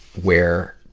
where,